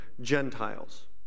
Gentiles